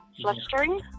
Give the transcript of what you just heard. flustering